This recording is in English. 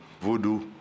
Voodoo